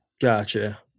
Gotcha